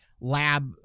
lab